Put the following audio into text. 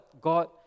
God